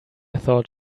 thought